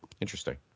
Interesting